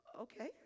okay